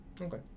Okay